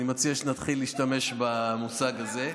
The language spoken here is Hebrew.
אני מציע שנתחיל להשתמש במושג הזה.